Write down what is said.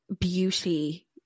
beauty